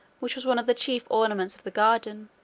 which was one of the chief ornaments of the garden,